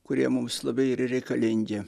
kurie mums labai yra reikalingi